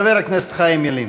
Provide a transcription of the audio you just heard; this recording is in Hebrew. חבר הכנסת חיים ילין.